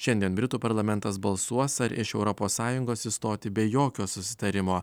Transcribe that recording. šiandien britų parlamentas balsuos ar iš europos sąjungos išstoti be jokio susitarimo